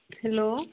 hello